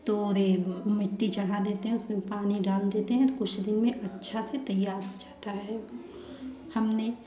तोड़े मिट्टी चढ़ा देते हैं उसपे पानी डाल देते हैं तो कुछ दिन में अच्छा से तैयार हो जाता है हमने